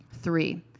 Three